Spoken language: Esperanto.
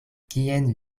kien